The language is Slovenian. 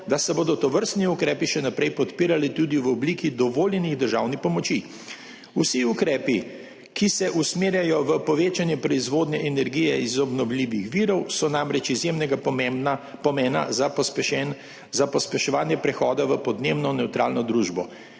da se bodo tovrstni ukrepi še naprej podpirali tudi v obliki dovoljenih državnih pomoči. Vsi ukrepi, ki se usmerjajo v povečanje proizvodnje energije iz obnovljivih virov, so namreč izjemnega pomena za pospeševanje prehoda v podnebno nevtralno družbo.